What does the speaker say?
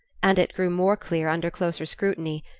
and it grew more clear under closer scrutiny,